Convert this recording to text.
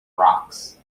rocks